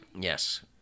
Yes